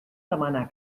demanar